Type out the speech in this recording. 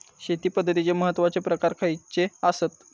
शेती पद्धतीचे महत्वाचे प्रकार खयचे आसत?